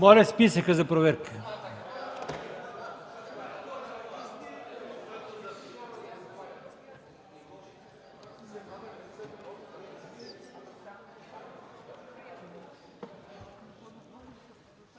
Моля, списъка за проверка.